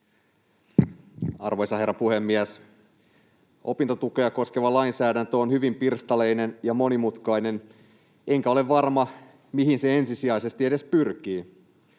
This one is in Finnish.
Arvoisa herra puhemies! Opintotukea koskeva lainsäädäntö on hyvin pirstaleinen ja monimutkainen, enkä ole varma, mihin se ensisijaisesti edes pyrkii.